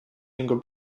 younger